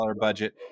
budget